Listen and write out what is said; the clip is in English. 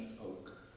oak